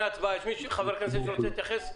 ההצבעה יש חבר כנסת שרוצה להתייחס?